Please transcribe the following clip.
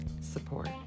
support